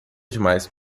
demais